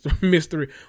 mystery